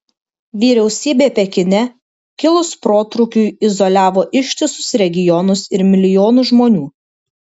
vyriausybė pekine kilus protrūkiui izoliavo ištisus regionus ir milijonus žmonių